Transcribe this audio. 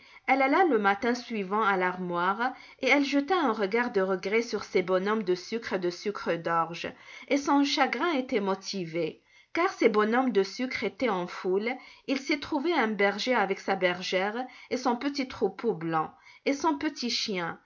elle alla le matin suivant à l'armoire et elle jeta un regard de regret sur ses bonshommes de sucre et de sucre d'orge et son chagrin était motivé car ses bonshommes de sucre étaient en foule il s'y trouvait un berger avec sa bergère et son petit troupeau blanc et son petit chien